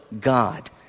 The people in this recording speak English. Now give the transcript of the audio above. God